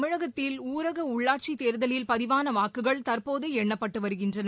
தமிழகத்தில் ஊரக உள்ளாட்சித் தேர்தலில் பதிவான வாக்குகள் தற்போது எண்ணப்பட்டு வருகின்றன